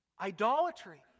Idolatry